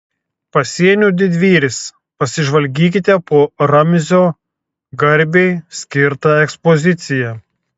pasienio didvyris pasižvalgykite po ramzio garbei skirtą ekspoziciją